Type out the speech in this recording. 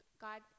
God